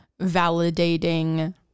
validating